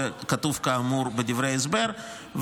זה כתוב גם בדברי ההסבר,